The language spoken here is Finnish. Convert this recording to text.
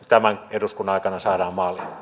eduskunnan aikana saadaan maaliin